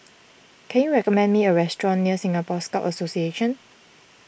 can you recommend me a restaurant near Singapore Scout Association